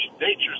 Nature